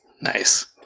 Nice